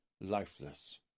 lifeless